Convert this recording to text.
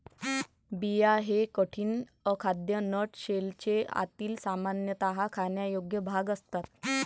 बिया हे कठीण, अखाद्य नट शेलचे आतील, सामान्यतः खाण्यायोग्य भाग असतात